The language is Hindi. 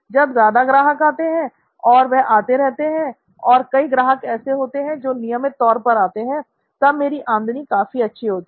जब ज्यादा ग्राहक आते हैं और वह आते रहते हैं और कई ग्राहक ऐसे हैं जो नियमित तौर पर आते हैं तब मेरी आमदनी काफी अच्छी होती है